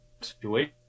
situation